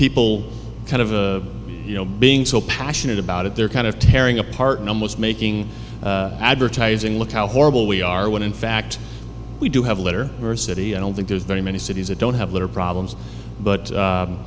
people kind of you know being so passionate about it they're kind of tearing apart the most making advertising look how horrible we are when in fact we do have a letter for city i don't think there's very many cities that don't have litter problems but